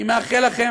אני מאחל לכם,